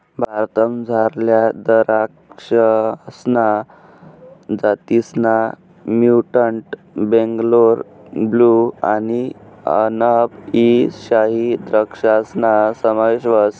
भारतमझारल्या दराक्षसना जातीसमा म्युटंट बेंगलोर ब्लू आणि अनब ई शाही द्रक्षासना समावेश व्हस